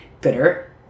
bitter